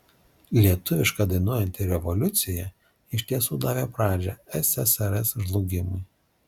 lietuviška dainuojanti revoliucija iš tiesų davė pradžią ssrs žlugimui